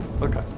Okay